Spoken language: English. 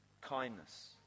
Kindness